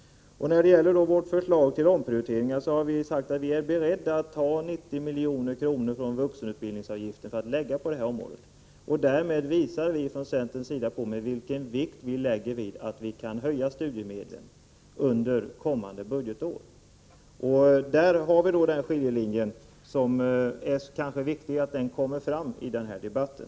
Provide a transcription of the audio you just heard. När det gäller vårt förslag till omprioriteringar har vi sagt att vi är beredda att ta 90 milj.kr. från vuxenutbildningsavgiften och använda dem på detta område. Därmed visar vi från centerns sida vilken vikt vi lägger vid att höja studiemedlen under kommande budgetår. Däri ligger skiljelinjen, och det är viktigt att detta kommer fram under den här debatten.